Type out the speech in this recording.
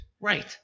Right